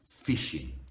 fishing